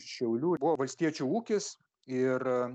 šiaulių buvo valstiečių ūkis ir